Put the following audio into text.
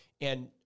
And-